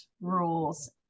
rules